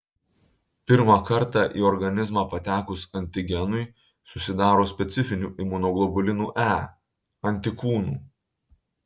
pirmą kartą į organizmą patekus antigenui susidaro specifinių imunoglobulinų e antikūnų